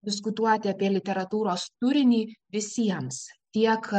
diskutuoti apie literatūros turinį visiems tiek